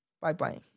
Bye-bye